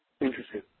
interesting